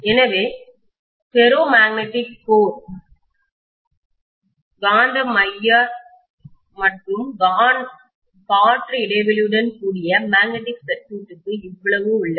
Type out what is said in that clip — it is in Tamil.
எனவே ஃபெரோ மேக்னெட்டிக் கோர்ஃபெரோ காந்த மைய மற்றும் காற்று இடைவெளியுடன் கூடிய மேக்னெட்டிக் சர்க்யூட்க்கு இவ்வளவு உள்ளது